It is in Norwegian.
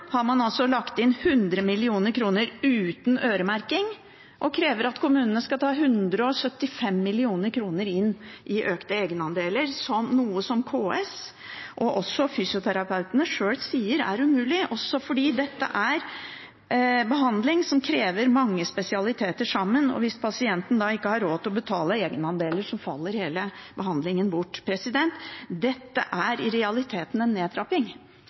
har man lagt inn 100 mill. kr, uten øremerking, og krever at kommunene skal ta inn 175 mill. kr i økte egenandeler, noe som KS og fysioterapeutene sjøl sier er umulig, også fordi dette er behandling som krever mange spesialiteter sammen. Hvis pasienten da ikke har råd til å betale egenandeler, faller hele behandlingen bort. Dette er i realiteten en nedtrapping